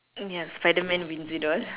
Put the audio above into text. ya spiderman wins it all